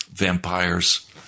vampires